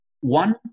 one